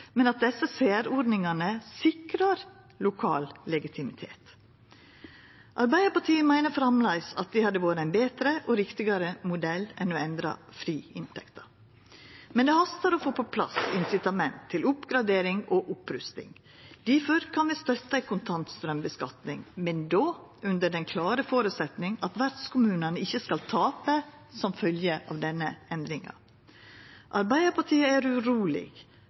men desse særordningane sikrar lokal legitimitet. Arbeidarpartiet meiner framleis at det hadde vore ein betre og riktigare modell enn å endra friinntekta. Det hastar å få på plass insitament til oppgradering og opprusting. Difor kan vi støtta ei kontantstraumskattlegging, men då under den klare føresetnaden at vertskommunane ikkje skal tapa som følgje av denne endringa. Arbeidarpartiet er uroleg